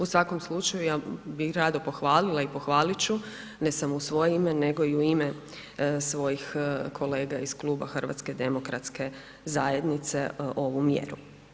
U svakom slučaju, ja bih rado pohvalila i pohvalit ću, ne samo u svoje ime nego i u ime svojih kolega iz Kluba HDZ-a ovu mjeru.